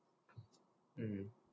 mm